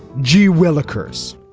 gee will occurs.